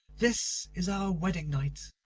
this is our wedding night.